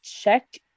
check